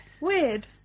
weird